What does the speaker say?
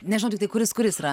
nežinau tiktai kuris kuris yra